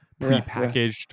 prepackaged